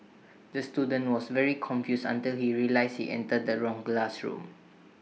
the student was very confused until he realised he entered the wrong classroom